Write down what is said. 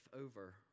over